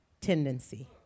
tendency